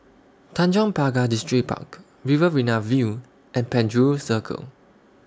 Tanjong Pagar Distripark Riverina View and Penjuru Circle